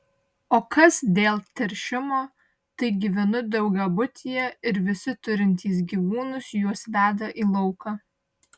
o kas dėl teršimo tai gyvenu daugiabutyje ir visi turintys gyvūnus juos veda į lauką